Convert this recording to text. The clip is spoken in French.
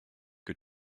que